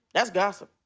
that's gossip.